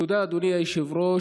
תודה, אדוני היושב-ראש.